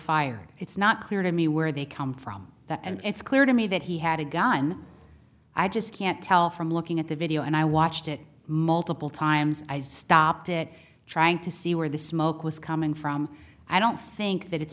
fired it's not clear to me where they come from that and it's clear to me that he had a gun i just can't tell from looking at the video and i watched it multiple times i stopped it trying to see where the smoke was coming from i don't think that it's